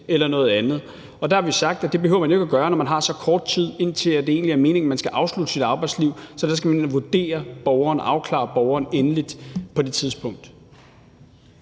eller noget andet. Og der har vi sagt, at det behøver man jo ikke gøre, når der er så kort tid, til det egentlig er meningen, at man skal afslutte sit arbejdsliv. Så der skal man ind at vurdere borgeren og afklare borgeren endeligt på det tidspunkt.